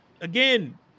Again